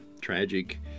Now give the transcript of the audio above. tragic